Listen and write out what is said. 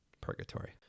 Purgatory